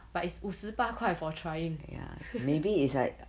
but it's 五十八块 for trying